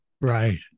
Right